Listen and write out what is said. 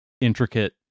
intricate